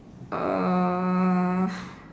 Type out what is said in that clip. uh